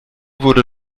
wurde